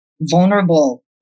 vulnerable